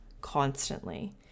constantly